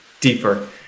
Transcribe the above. deeper